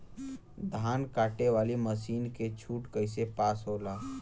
धान कांटेवाली मासिन के छूट कईसे पास होला?